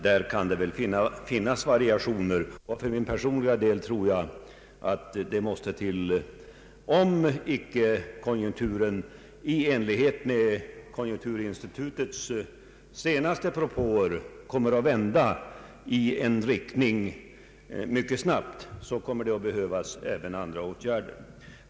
Det kan väl finnas utrymme för variationer, och om icke konjunkturen vänder mycket snabbt, vilket den lär göra enligt konjunkturinstitutets senaste rapport, så tror jag för min personliga del att det kommer att behövas även andra åtgärder.